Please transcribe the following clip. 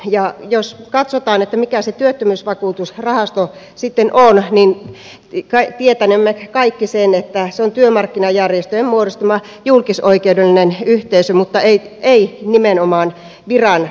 ja jos katsotaan mikä se työttömyysvakuutusrahasto sitten on niin tietänemme kaikki sen että se on työmarkkinajärjestöjen muodostama julkisoikeudellinen yhteisö mutta ei nimenomaan viranomainen